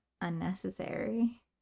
unnecessary